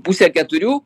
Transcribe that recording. pusė keturių